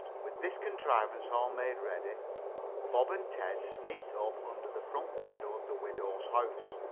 with this contrivance all made ready bob and ted sneaked up under the front window of the widow's house.